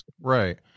Right